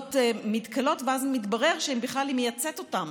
אריזות מתכלות, ואז מתברר שהיא בכלל מייצאת אותן,